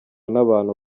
n’abantu